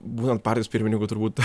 būnant partijos pirmininku turbūt